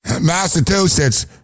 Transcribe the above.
Massachusetts